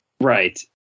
right